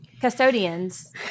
Custodians